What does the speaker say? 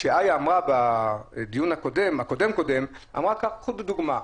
כשאיה בדיון הקודם קודם אמרה: קחו כדוגמה,